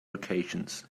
locations